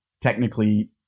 technically